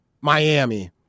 Miami